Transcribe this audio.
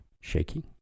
shaking